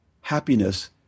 happiness